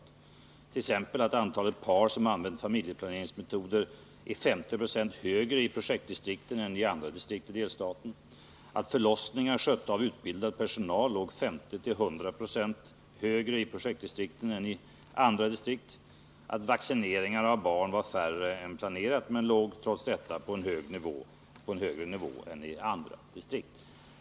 Jag kan t.ex. nämna att antalet par som använde familjeplaneringsmetoder är 50 20 högre i projektdistrikten än i andra distrikt i delstaten, att förlossningar skötta av utbildad personal låg 50-100 26 högre i projektdistrikten än i andra distrikt och att antalet vaccineringar av barn visserligen var mindre än planerat men trots detta låg på en högre nivå än i andra distrikt.